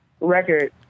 record